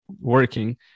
working